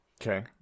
okay